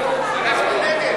אתם הורסים את הדמוקרטיה.